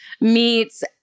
meets